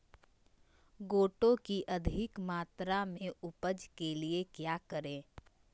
गोटो की अधिक मात्रा में उपज के लिए क्या करें?